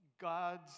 God's